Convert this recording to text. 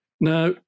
Now